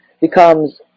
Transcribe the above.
becomes